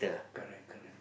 correct correct